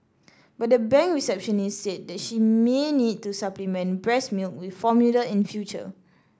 but the bank receptionist said she may need to supplement breast milk with formula in future